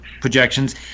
projections